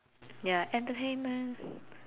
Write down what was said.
ya entertainment